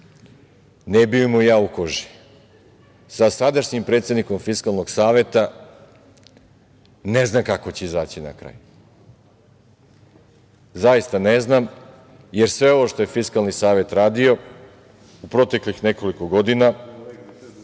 ne bio mu ja u koži. Sa sadašnjim predsednikom Fiskalnog saveta ne znam kako će izaći na kraj, zaista. Zaista ne znam, jer sve ovo što je Fiskalni savet radio u proteklih nekoliko godina